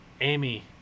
Amy